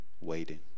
waiting